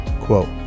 Quote